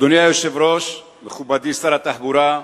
אדוני היושב-ראש, מכובדי שר התחבורה,